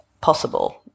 possible